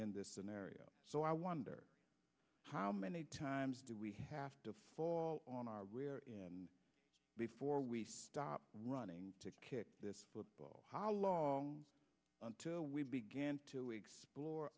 in this scenario so i wonder how many times do we have to fall on our rear end before we stop running to kick this football how long until we began to explore